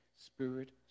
spirit